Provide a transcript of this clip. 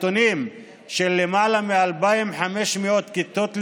למעלה מ-2,500 כיתות לימוד,